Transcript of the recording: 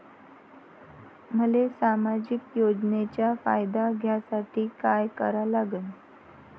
मले सामाजिक योजनेचा फायदा घ्यासाठी काय करा लागन?